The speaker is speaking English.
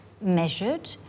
measured